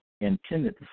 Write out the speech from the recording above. intended